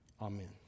Amen